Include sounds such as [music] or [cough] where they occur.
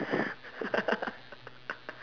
[laughs]